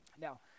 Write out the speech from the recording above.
Now